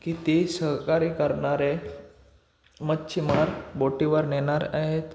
किती सहकारी करणारे मच्छीमार बोटीवर नेणार आहेत